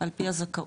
על פי הזכאות.